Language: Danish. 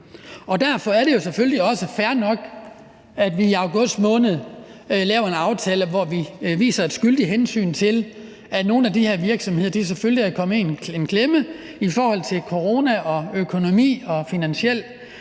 Derfor er det jo selvfølgelig også fair nok, at vi i august måned lavede en aftale, hvor vi viser et skyldigt hensyn til, at nogle af de her virksomheder selvfølgelig er kommet i klemme i forhold til corona og økonomi og finansiel